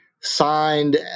signed